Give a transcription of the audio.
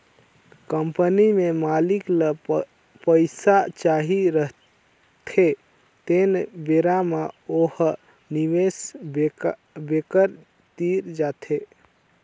company में मालिक ल पइसा चाही रहथें तेन बेरा म ओ ह निवेस बेंकर तीर जाथे